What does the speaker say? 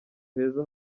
heza